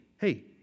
Hey